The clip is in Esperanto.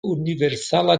universala